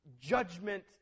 judgment